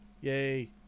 Yay